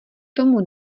tomu